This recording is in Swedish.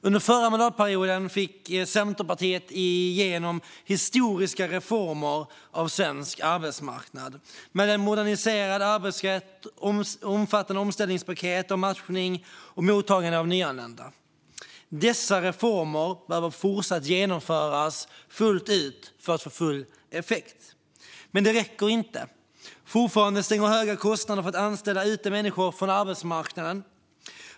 Under förra mandatperioden fick Centerpartiet igenom historiska reformer av svensk arbetsmarknad med en moderniserad arbetsrätt och omfattande omställningspaket, av matchningen och av mottagandet av nyanlända. Dessa reformer behöver fortsätta att genomföras för att få effekt fullt ut. Men detta räcker inte. Fortfarande stänger höga kostnader för att anställa ute människor från arbetsmarknaden.